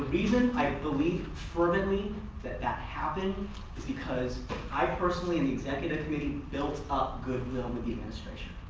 reason i believe fervently that that happened is because i personally and the executive committee built up good will with the administration.